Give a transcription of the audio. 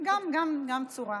גם צורה,